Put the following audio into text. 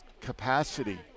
capacity